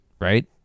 right